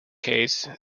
case